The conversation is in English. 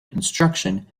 construction